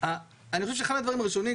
חושב שאחד הדברים הראשונים,